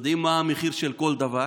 יודעים מה המחיר של כל דבר